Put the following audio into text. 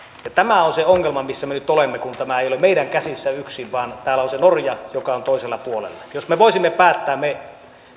tämä on se ongelma missä me nyt olemme kun tämä ei ole meidän käsissämme yksin vaan täällä on se norja joka on toisella puolella jos me voisimme päättää me